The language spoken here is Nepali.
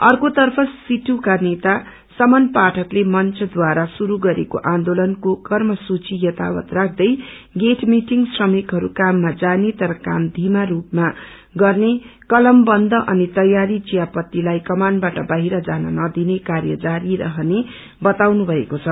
अर्क्रेतर्फ सीआईटियू को नेता समन पाठकले मंचद्वारा शुरू गरेको आन्दोलनको कर्मसूची यथावत राख्दै गेट मिटिङ श्रमिकहरू काममा जाने तर काम धीमा रूपमा गर्ने कलम बन्द अनि तेयारी चियापतीलाई कमानबाट बाहिर जाननदिने काव्र जारी रहने वताउनु भएको छ